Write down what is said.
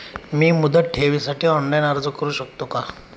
मी मुदत ठेवीसाठी ऑनलाइन अर्ज करू शकतो का?